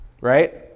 Right